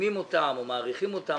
אני מאגף התקציבים.